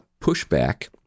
pushback